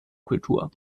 kultur